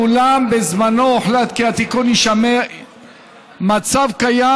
אולם בזמנו הוחלט כי התיקון ישמר מצב קיים